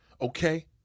okay